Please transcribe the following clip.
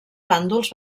bàndols